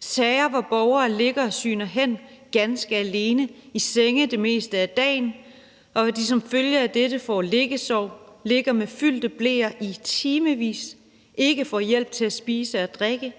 sager, hvor borgere ligger og sygner hen ganske alene i sengen det meste af dagen og som følge af dette får liggesår, hvor de ligger med fyldte bleer i timevis, og hvor de ikke får hjælp til at spise og drikke.